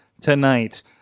tonight